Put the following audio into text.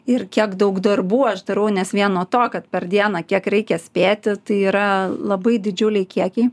ir kiek daug darbų aš darau nes vien nuo to kad per dieną kiek reikia spėti tai yra labai didžiuliai kiekiai